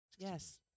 Yes